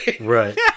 Right